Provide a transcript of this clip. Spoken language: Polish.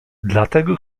dlatego